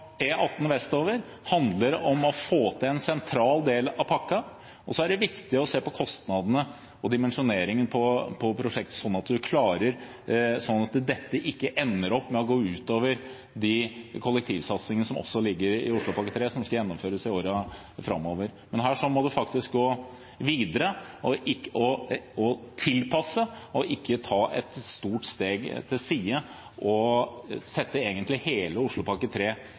forstå. E18 vestover handler om å få til en sentral del av pakken, og så er det viktig å se på kostnadene og dimensjoneringen på prosjektet, sånn at dette ikke ender opp med å gå ut over de kollektivsatsingene som også ligger i Oslopakke 3, som skal gjennomføres i årene framover. Her må man faktisk gå videre, og man må tilpasse og ikke ta et stort steg til siden og sette hele Oslopakke